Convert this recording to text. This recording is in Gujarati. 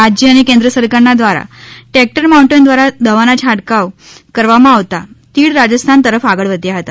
રાજ્ય અને કેન્દ્ર સરકારના દ્વારા ટેક્ટર માઉન્ટન દ્વારા દવાના છાંટકાવ કરવામાં આવતા તીડ રાજસ્થાન તરફ આગળ વધ્યા હતા